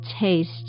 taste